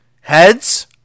Heads